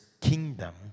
kingdom